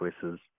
choices